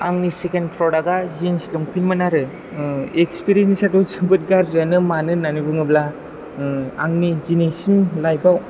आंनि सेकेन्ड प्रडाका जिन्स लंपेन्टमोन आरो एक्सपिरियेन्सयाथ' जोबोत गाज्रियानो मानो होननानै बुङोब्ला आंनि दिनैसिम लाइफाव